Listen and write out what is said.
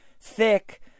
thick